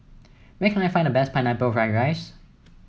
where can I find the best Pineapple Fried Rice